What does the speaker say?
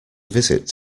visit